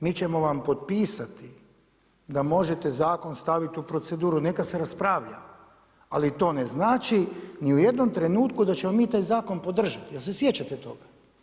Mi ćemo vam potpisati da možete zakon staviti u proceduru, neka se raspravlja ali to ne znači ni u jednim trenutku da ćemo mi taj zakon podržati, jel' se sjećate toga?